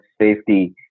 safety